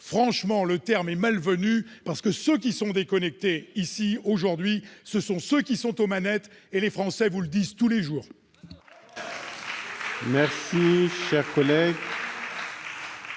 banlieues, est malvenu ! Ceux qui sont déconnectés aujourd'hui, ce sont ceux qui sont aux manettes, et les Français vous le disent tous les jours